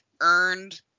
earned